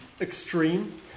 extreme